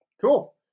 Cool